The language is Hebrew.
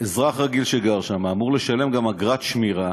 אזרח רגיל שגר שם אמור לשלם גם אגרת שמירה